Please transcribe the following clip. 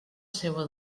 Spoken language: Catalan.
seua